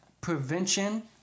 prevention